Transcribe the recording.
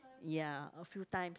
ya a few times